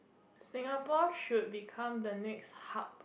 Singapore should become the next hub